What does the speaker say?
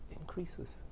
increases